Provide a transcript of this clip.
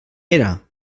era